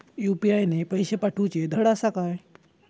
UPI ने पैशे पाठवूचे धड आसा काय?